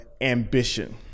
ambition